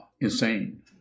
insane